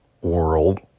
world